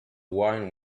wine